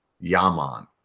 Yaman